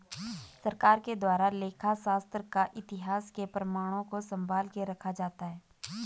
सरकार के द्वारा लेखा शास्त्र का इतिहास के प्रमाणों को सम्भाल के रखा जाता है